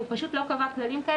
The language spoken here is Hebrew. והוא פשוט לא קבע כללים.